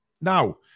Now